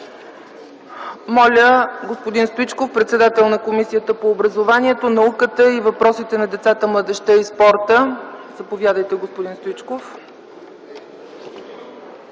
Моля господин Стоичков – председател на Комисията по образованието, науката и въпросите на децата, младежта и спорта. Заповядайте, господин Стоичков.